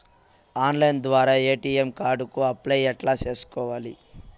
Online ద్వారా ATM card కు apply ఎట్లా సేసుకోవాలి?